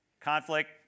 Conflict